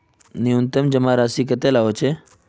न्यूनतम जमा राशि कतेला होचे?